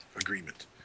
agreement